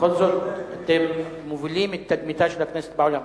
בכל זאת, אתם מובילים את תדמיתה של הכנסת בעולם.